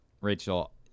Rachel